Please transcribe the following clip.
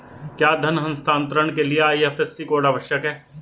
क्या धन हस्तांतरण के लिए आई.एफ.एस.सी कोड आवश्यक है?